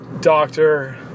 Doctor